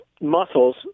muscles